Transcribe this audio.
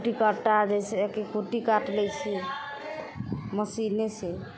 कुट्टी कट्टा जाहि से कि कुट्टी काटि लय छी मशीने से